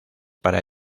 para